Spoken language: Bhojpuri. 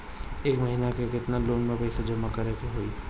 एक महिना मे केतना लोन क पईसा जमा करे क होइ?